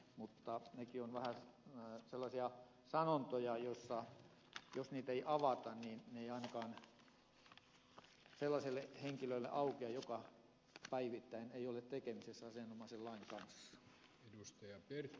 mutta nekin ovat vähän sellaisia sanontoja jotka jos niitä ei avata eivät ainakaan sellaiselle henkilölle aukea joka päivittäin ei ole tekemisissä asianomaisen lain kanssa